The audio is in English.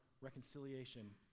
reconciliation